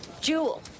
jewel